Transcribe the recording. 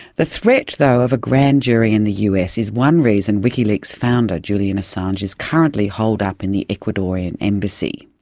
the threat, though, of a grand jury in the us is one reason wikileaks founder julian assange is currently holed-up in the ecuadorian embassy.